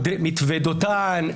מתווה דותן,